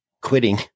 quitting